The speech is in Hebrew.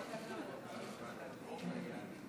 בבקשה, אדוני.